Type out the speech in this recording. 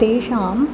तेषाम्